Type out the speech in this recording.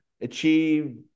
achieve